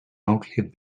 outlive